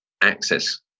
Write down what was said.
access